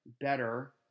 better